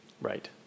Right